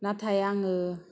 नाथाय आङो